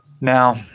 now